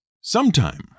Sometime